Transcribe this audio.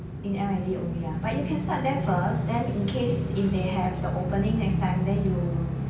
in only ah but you can start there first then in case if they have the opening next time then you